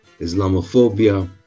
Islamophobia